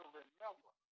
remember